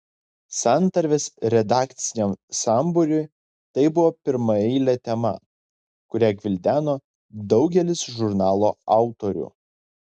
santarvės redakciniam sambūriui tai buvo pirmaeilė tema kurią gvildeno daugelis žurnalo autorių